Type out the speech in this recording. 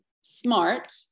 smart